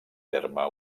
terme